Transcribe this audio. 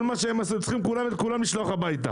כל מה שהם עשו, צריכים את כולם לשלוח הביתה.